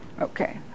okay